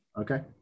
Okay